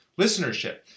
listenership